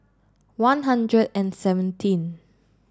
one hundred and seventeen